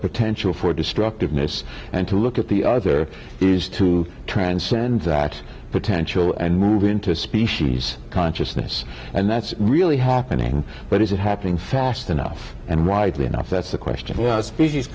potential for destructiveness and to look at the other is to transcend that potential and move into species consciousness and that's really happening but is it happening fast enough and rightly enough that's a question as a species